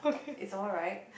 it's alright